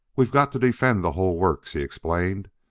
we've got to defend the whole works, he explained.